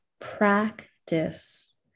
practice